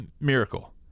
miracle